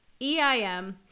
EIM